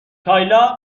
کایلا